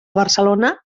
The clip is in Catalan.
barcelona